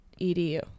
edu